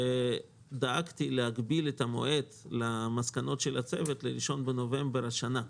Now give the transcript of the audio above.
דאגתי להגביל את המועד למסקנות של הצוות ל-1 בנובמבר השנה,